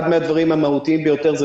אחד מהדברים המהותיים ביותר,